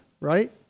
right